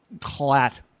clat